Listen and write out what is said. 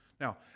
Now